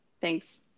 Thanks